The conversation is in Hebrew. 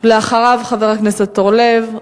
אחריו, חבר הכנסת אורלב,